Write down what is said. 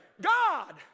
God